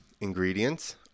ingredients